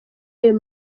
ayo